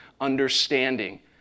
understanding